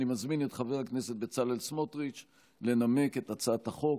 אני מזמין את חבר הכנסת בצלאל סמוטריץ' לנמק את הצעת החוק,